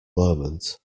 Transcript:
moment